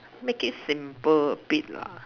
make it simple a bit lah